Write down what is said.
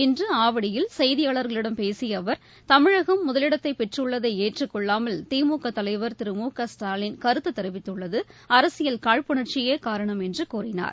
இன்று ஆவடியில் செய்தியாளர்களிடம் பேசிய அவர் தமிழகம் முதலிடத்தை பெற்றுள்ளதை ஏற்றுக்கொள்ளாமல் திமுக தலைவர் திரு மு க வஸ்டாலின் கருத்து தெரிவித்துள்ளது அரசியல் காழ்ப்புணர்ச்சியே காரணம் என்று கூறினார்